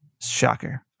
shocker